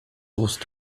ust